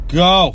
go